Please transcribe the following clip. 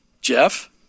Jeff